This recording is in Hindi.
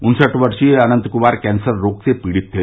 उन्सठ वर्षीय अनंत कुमार कैसर रोग से पीड़ित थे